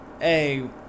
Hey